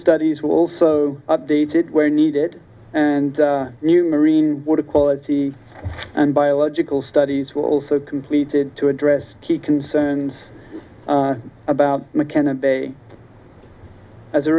studies also updated where needed and new marine water quality and biological studies were also completed to address key concerns about mckenna bay as a